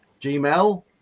Gmail